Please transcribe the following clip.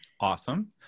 Awesome